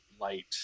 light